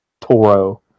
Toro